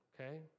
okay